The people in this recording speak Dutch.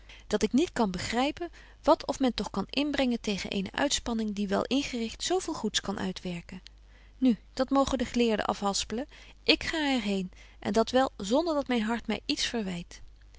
dat ik niet kan begrypen wat of men toch kan inbrengen tegen eene uitspanning die wel ingericht zo veel goeds kan uitwerken nu dat mogen de geleerden afhaspelen ik ga er heen en dat wel zonder dat myn hart my iets verwyt